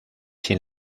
sin